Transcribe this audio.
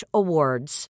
awards